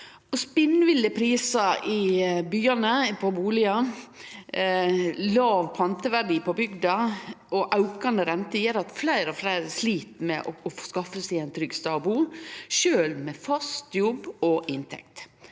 Spinnville prisar på bustader i byane, låg panteverdi på bygda og aukande rente gjer at fleire og fleire slit med å skaffe seg ein trygg stad å bu sjølv med fast jobb og inntekt.